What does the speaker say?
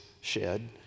shed